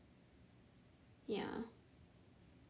ya